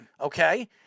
okay